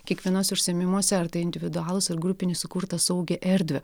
kiekvienuos užsiėmimuose ar tai individualūs ir grupiniai sukurt tą saugią erdvę